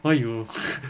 !aiyo!